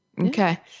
Okay